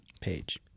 page